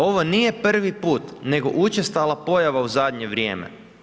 Ovo nije prvi put, nego učestala pojava u zadnje vrijeme.